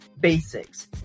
basics